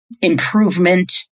improvement